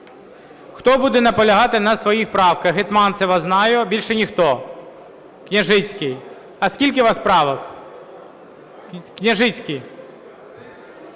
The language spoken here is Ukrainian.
Хто буде наполягати на своїх правках? Гетманцева знаю, а більше ніхто. Княжицький. А скільки у вас правок? Княжицький!